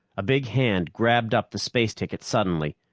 a big hand grabbed up the space ticket suddenly,